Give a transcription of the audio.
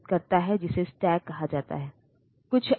या IO device वे सक्षम हो जाएंगे